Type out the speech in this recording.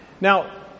Now